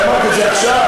את אמרת את זה עכשיו,